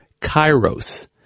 kairos